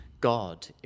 God